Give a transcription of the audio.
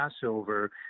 Passover